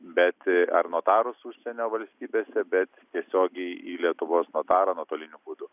bet ar nutarus užsienio valstybėse bet tiesiogiai į lietuvos notarą nuotoliniu būdu